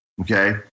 okay